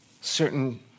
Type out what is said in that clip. certain